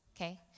Okay